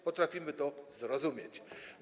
Potrafimy to zrozumieć.